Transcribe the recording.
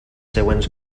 següents